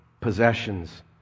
possessions